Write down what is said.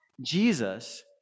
Jesus